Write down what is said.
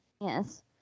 Yes